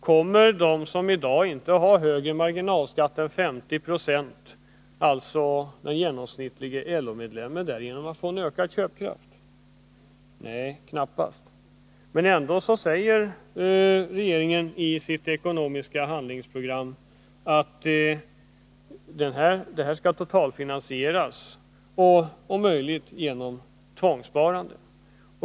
Kommer den somii dag inte har högre marginalskatt än 50 96 — dvs. den genomsnittlige LO-medlemmen — att få en ökad köpkraft genom en marginalskattesänkning? Nej, knappast. Men i regeringens ekonomiska handlingsprogram sägs att marginalskattesänkningen skall totalfinansieras, om möjligt genom tvångssparande.